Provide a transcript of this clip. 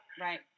Right